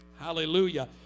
hallelujah